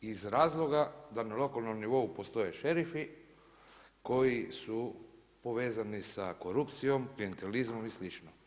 Iz razloga da na lokalnom nivou postoje šerifi koji su povezani sa korupcijom, klijentizmom i slično.